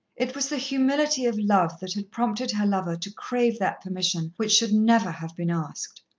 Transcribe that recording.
it was the humility of love that had prompted her lover to crave that permission which should never have been asked.